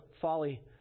folly